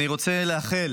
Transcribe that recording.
אני רוצה לאחל